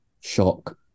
shock